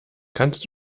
kannst